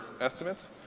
estimates